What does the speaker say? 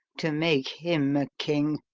to make him a king!